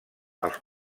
els